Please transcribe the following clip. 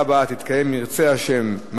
בשבוע הבאה שנייה ושלישית.